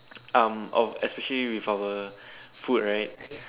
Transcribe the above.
um our especially with our food right